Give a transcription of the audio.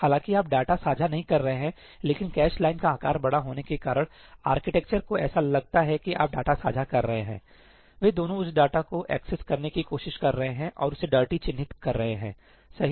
हालांकि आप डेटा साझा नहीं कर रहे हैंलेकिन कैश लाइन का आकार बड़ा होने के कारणआर्किटेक्चर को ऐसा लगता है कि आप डेटा साझा कर रहे हैं वे दोनों उस डेटा को एक्सेस करने की कोशिश कर रहे हैं और उसे डर्टी चिह्नित कर रहे हैंसही